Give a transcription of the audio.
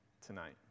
tonight